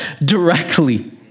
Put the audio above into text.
directly